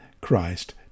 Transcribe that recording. Christ